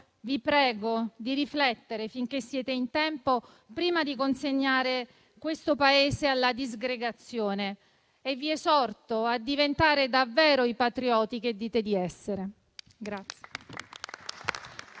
vi prego di riflettere, finché siete in tempo, prima di consegnare questo Paese alla disgregazione e vi esorto a diventare davvero i patrioti che dite di essere.